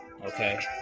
Okay